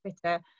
Twitter